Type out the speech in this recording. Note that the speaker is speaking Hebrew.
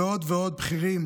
ועוד ועוד בכירים